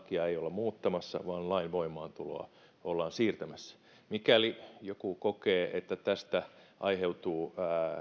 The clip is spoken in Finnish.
muuttamassa vaan lain voimaantuloa ollaan siirtämässä mikäli joku kokee että tästä aiheutuu